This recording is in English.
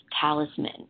talisman